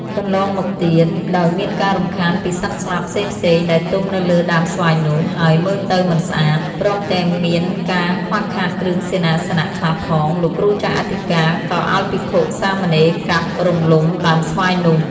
កន្លងមកទៀត ដោយមានការរំខានពីសត្វស្លាបផ្សេងៗ ដែលទុំនៅលើដើមស្វាយនោះ ហើយមើលទៅមិនស្អាត ព្រមទាំងមានការខ្វះខាតគ្រឿងសេនាសនៈខ្លះផង លោកគ្រូចៅអធិការ ក៏ឲ្យភិក្ខុ-សាមណេរកាប់រំលំដើមស្វាយនោះ។